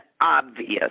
obvious